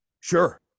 Sure